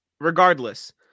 regardless